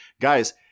Guys